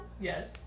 Yes